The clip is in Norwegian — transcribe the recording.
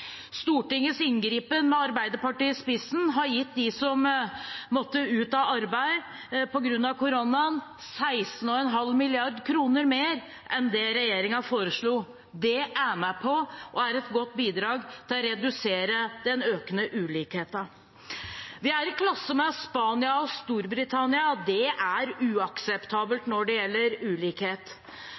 Stortingets inngripen, med Arbeiderpartiet i spissen, har gitt dem som måtte ut av arbeid på grunn av koronaen, 16,5 mrd. kr mer enn det regjeringen foreslo. Det er med på å gi et godt bidrag til å redusere den økende ulikheten. Vi er i klasse med Spania og Storbritannia, og det er uakseptabelt når det gjelder ulikhet.